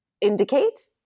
indicate